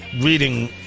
reading